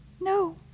No